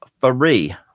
three